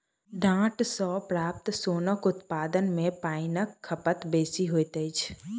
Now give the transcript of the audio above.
डांट सॅ प्राप्त सोनक उत्पादन मे पाइनक खपत बेसी होइत अछि